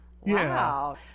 wow